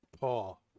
Paul